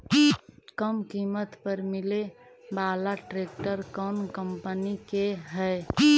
कम किमत पर मिले बाला ट्रैक्टर कौन कंपनी के है?